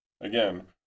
Again